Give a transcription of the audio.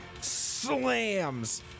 slams